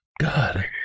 God